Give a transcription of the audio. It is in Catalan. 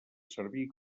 servir